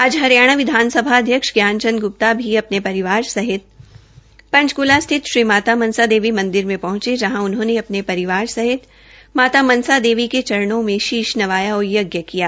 आज हरियाणा विधानसभा अध्यक्ष ज्ञानचंद गुप्ता भी अपने परिवार सहित पंचकला स्थित श्री माता मनसा देवी मंदिर में पहंचे जहां उन्होंने अपने परिवार सहित माता मनसा देवी के चरणों में शीश नवाया और यज्ञ ेकिया